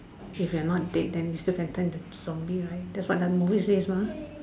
if you are not dead then you still can turn into a zombie right that's what the movie say is what